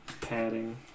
Padding